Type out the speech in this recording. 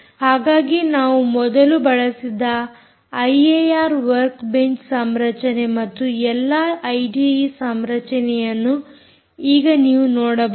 ಹಾಗಾಗಿ ನಾವು ಮೊದಲು ಬಳಸಿದ ಐಏಆರ್ ವರ್ಕ್ ಬೆಂಚ್ ಸಂರಚನೆ ಮತ್ತು ಎಲ್ಲಾ ಐಡಿಈ ಸಂರಚನೆಯನ್ನು ಈಗ ನೀವು ನೋಡಬಹುದು